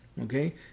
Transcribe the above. Okay